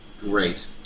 Great